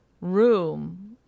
room